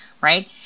right